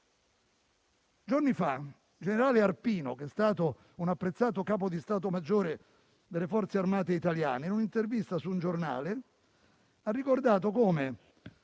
Giorni fa il generale Arpino, che è stato un apprezzato capo di stato maggiore delle Forze armate italiane, in un'intervista su un giornale, ha ricordato come